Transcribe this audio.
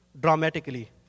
dramatically